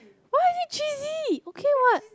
why is it cheesy okay what